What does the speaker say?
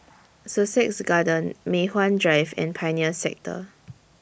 Sussex Garden Mei Hwan Drive and Pioneer Sector